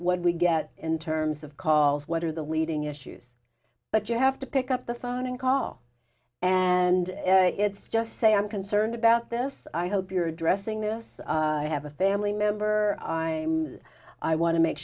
what we get in terms of calls what are the leading issues but you have to pick up the phone and call and it's just say i'm concerned about this i hope you're addressing this i have a family member i i want to make